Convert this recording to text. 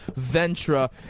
ventra